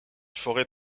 forêts